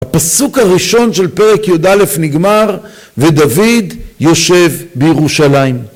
הפסוק הראשון של פרק יהודה א' נגמר ודוד יושב בירושלים